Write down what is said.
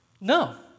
No